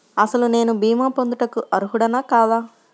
అసలు నేను భీమా పొందుటకు అర్హుడన కాదా?